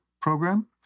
program